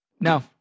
No